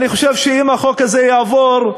אני חושב שאם החוק הזה יעבור,